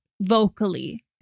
vocally